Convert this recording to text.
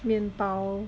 面包